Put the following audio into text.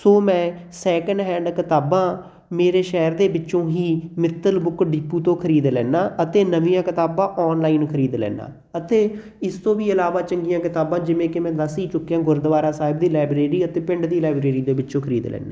ਸੋ ਮੈਂ second hand ਕਿਤਾਬਾਂ ਮੇਰੇ ਸ਼ਹਿਰ ਦੇ ਵਿੱਚੋਂ ਹੀ ਮਿੱਤਲ ਬੁੱਕ ਡੀਪੂ ਤੋਂ ਖਰੀਦ ਲੈਂਦਾ ਅਤੇ ਨਵੀਆਂ ਕਿਤਾਬਾਂ ਔਨਲਾਈਨ ਖਰੀਦ ਲੈਂਦਾ ਅਤੇ ਇਸ ਤੋਂ ਵੀ ਇਲਾਵਾ ਚੰਗੀਆਂ ਕਿਤਾਬਾਂ ਜਿਵੇਂ ਕਿ ਮੈਂ ਦੱਸ ਹੀ ਚੁੱਕਿਆ ਗੁਰਦੁਆਰਾ ਸਾਹਿਬ ਦੀ ਲਾਈਬ੍ਰੇਰੀ ਅਤੇ ਪਿੰਡ ਦੀ ਲਾਈਬ੍ਰੇਰੀ ਦੇ ਵਿੱਚੋਂ ਖਰੀਦ ਲੈਂਦਾ